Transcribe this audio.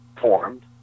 formed